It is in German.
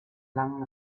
langen